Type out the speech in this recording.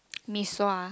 mee-sua